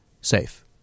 safe